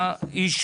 הצבעה בעד,